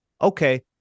okay